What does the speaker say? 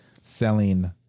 selling